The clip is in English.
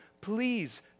please